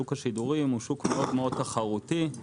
שוק השידורים הוא שוק תחרותי מאוד.